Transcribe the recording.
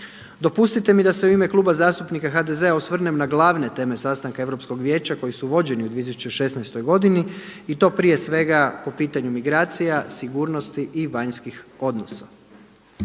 Dopustite mi da se u ime Kluba zastupnika HDZ-a osvrnem na glavne teme sastanka Europskog vijeća koji su vođeni u 2016. godini i to prije svega po pitanju migracija, sigurnosti i vanjskih odnosa.